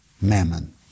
mammon